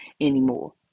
anymore